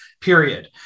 period